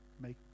make